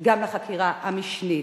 גם לחקירה המשנית.